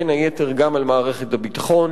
ובין היתר על מערכת הביטחון.